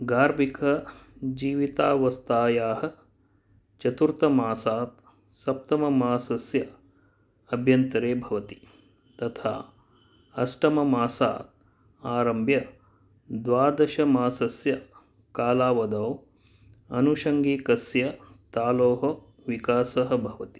गार्भिकजीवितावस्थायाः चतुर्थमासात् सप्तममासस्य अभ्यन्तरे भवति तथा अष्टममासम् आरभ्य द्वादशमासस्य कालावधौ आनुषङ्गिकस्य तालोः विकासः भवति